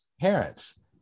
parents